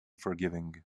forgiving